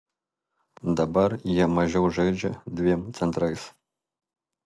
dabar jie mažiau žaidžia dviem centrais